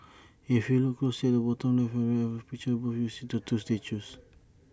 if you look closely at the bottom left and right of the picture above you'll see two statues